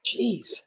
Jeez